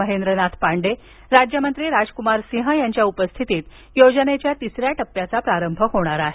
महेंद्रनाथ पांडे राज्यमंत्री राजकुमार सिंह यांच्या उपस्थितीत योजनेच्या तिस या टप्प्याचा प्रारंभ होणार आहे